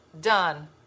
done